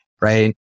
right